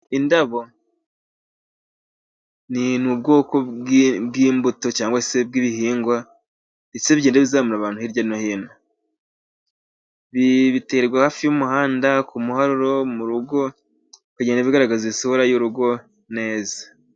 Indabo n'ubwoko bw'imbuto cyangwa se bw'ibihingwa, mbese bigenda bizamura abantu hirya no hino, biterwa hafi y'umuhanda ku muharuro mu rugo, bigenda bigaragaza isura y'urugo neza.